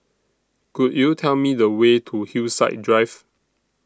Could YOU Tell Me The Way to Hillside Drive